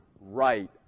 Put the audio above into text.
right